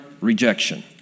rejection